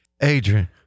Adrian